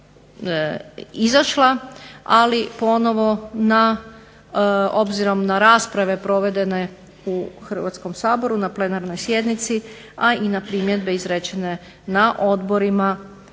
ali ponovno na rasprave provedene u Hrvatskom saboru na plenarnoj sjednici ali i na primjedbe izrečene u Odborima